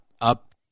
up